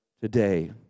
today